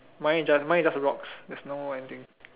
mine just mine is just rocks there is no anything